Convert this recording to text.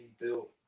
built